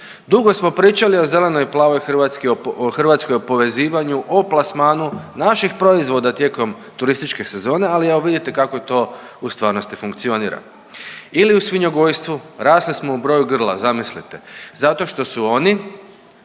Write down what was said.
Dugo smo pričali o zelenoj i plavoj Hrvatskoj, o povezivanju, o plasmanu naših proizvoda tijekom turističke sezone, ali evo vidite kako je to u stvarnosti funkcionira. Ili u svinjogojstvu rasli smo u broju grla zamislite zato što su oni